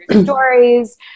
Stories